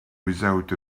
without